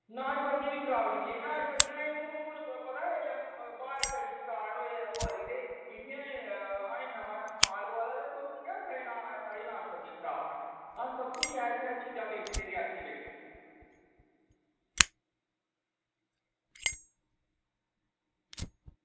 नाश्पत्तियां बी खराब निकलियां नाश्पत्तियां हून हून पता ब्हार छड़ी स्टार्ट होआ दी ते इत्थै ऐहीं नमां माल आवा दा ते तुस केह् आक्खा दे साढ़ियां नाश्पत्तियां खराब न अस सबतूं शैल शैल चीज़ां बेचने रियासी बिच